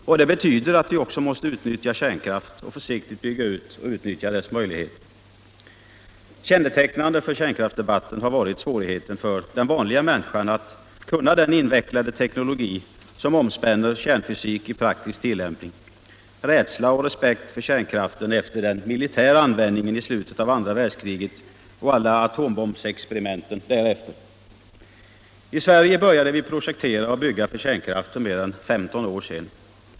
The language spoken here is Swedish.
Och det betyder att vi också måste utnyttja kärnkraft och försiktigt bygga ut och utnyttja dess möjligheter. Kännetecknande för kärnkraftsdebatten har varit svårigheten för ”den vanliga människan” att kunna den invecklade teknologi som omspänner kärnfysik i praktisk tillämpning, rädsla och respekt för kärnkraften efter den militära användningen i slutet av andra världskriget och alla atombombsexperimenten därefter. I Sverige börjäde vi projektera och bygga för kärnkraft för mer än femton år sedan.